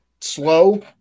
slow